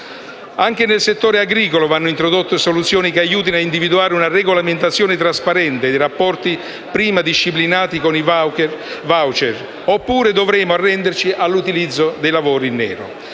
Anche nel settore agricolo vanno introdotte soluzioni che aiutino ad individuare una regolamentazione trasparente dei rapporti prima disciplinati con i *voucher*, oppure, dovremo arrenderci all'utilizzo del lavoro in nero.